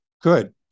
Good